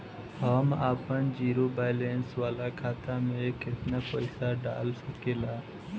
हम आपन zero balance वाला खाता मे केतना पईसा डाल सकेला?